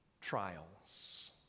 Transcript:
trials